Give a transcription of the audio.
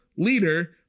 Leader